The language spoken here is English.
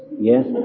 yes